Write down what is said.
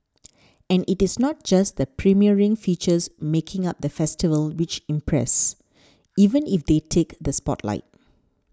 and it is not just the premiering features making up the festival which impress even if they take the spotlight